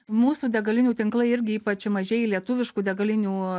mūsų degalinių tinklai irgi ypač mažieji lietuviškų degalinių